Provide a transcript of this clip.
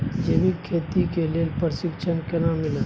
जैविक खेती के लेल प्रशिक्षण केना मिलत?